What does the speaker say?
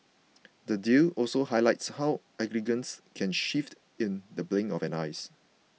the deal also highlights how allegiances can shift in the blink of an eyes